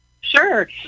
Sure